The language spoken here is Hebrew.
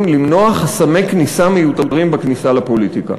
למנוע חסמי כניסה מיותרים בכניסה לפוליטיקה.